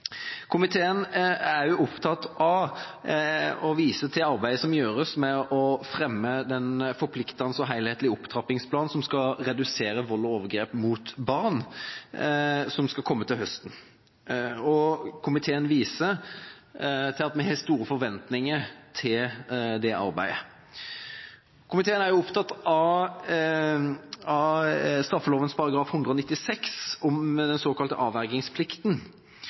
Komiteen er opptatt av og viser til arbeidet som gjøres med å fremme den forpliktende og helhetlige opptrappingsplanen som skal redusere vold og overgrep mot barn, og som skal komme til høsten. Komiteen har store forventninger til det arbeidet. Komiteen er også opptatt av straffeloven § 196 om den såkalte avvergingsplikten.